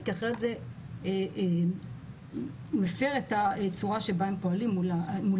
כי אחרת זה מפר את הצורה שבה הם פועלים מולנו.